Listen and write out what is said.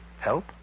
Help